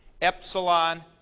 Epsilon